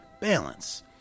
Balance